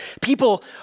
People